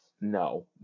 No